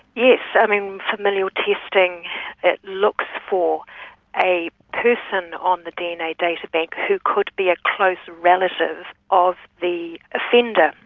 yes, i mean, familial testing it looks for a person on the dna databank who could be a close relative of the offender.